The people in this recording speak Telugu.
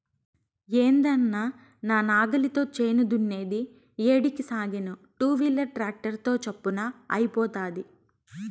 ఏందన్నా నా నాగలితో చేను దున్నేది ఏడికి సాగేను టూవీలర్ ట్రాక్టర్ తో చప్పున అయిపోతాది